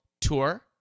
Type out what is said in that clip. Tour